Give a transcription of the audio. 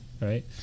right